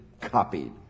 copied